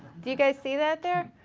do you guys see that there?